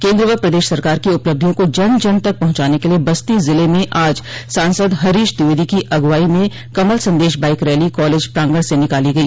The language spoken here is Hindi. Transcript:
केन्द्र व प्रदेश सरकार की उपलब्धियों को जन जन तक पहुंचाने के लिए बस्ती जिले में आज सांसद हरीश द्विवेदी की अगुवाई में कमल संदेश बाईक रैली निकाली गई